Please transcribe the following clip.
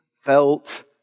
felt